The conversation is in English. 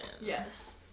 Yes